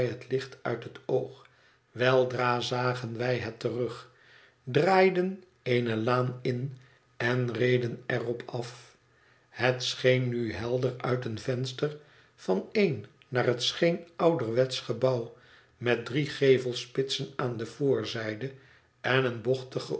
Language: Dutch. licht uit het oog weldra zagen wij het terug draaiden eene laan in en reden er op af het scheen nu helder uit een venster van een naar het scheen ouderwetsch gebouw met drie gevelspitsen aan de voorzijde en een